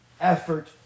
effort